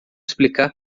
explicar